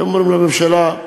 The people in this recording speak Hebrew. אומרים לממשלה,